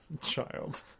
Child